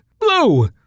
Blue